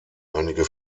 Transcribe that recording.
einige